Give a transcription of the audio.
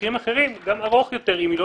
ובמקרים אחרים גם ארוך יותר אם היא לא